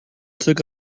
took